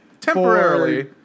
Temporarily